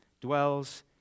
dwells